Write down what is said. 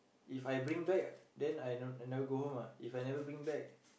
If I bring back then I never go home what If I never bring bag